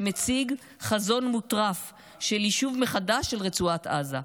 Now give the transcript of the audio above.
שמציג חזון מוטרף של יישוב מחדש של רצועת עזה.